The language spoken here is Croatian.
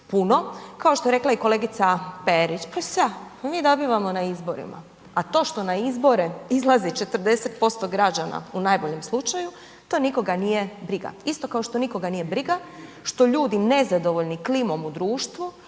puno kao što je rekla i kolegica Perić, pa šta, mi dobivamo na izborima. A to što na izbore izlazi 40% građana u najboljem slučaju, to nikoga nije briga. Isto kao što nikoga nije briga što ljudi nezadovoljni klimom u društvu